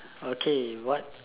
okay what